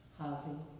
housing